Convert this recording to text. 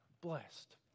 blessed